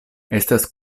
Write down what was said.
estas